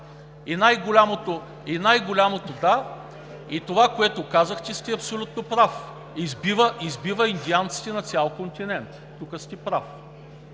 и най-голямото, да, и това, което казахте, сте абсолютно прав – избива индианците на цял континент. Тук сте прав!